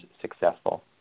successful